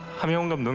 ham yeonghun